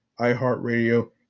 iHeartRadio